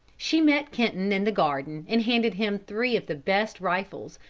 she met kenton in the garden and handed him three of the best rifles,